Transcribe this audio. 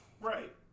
Right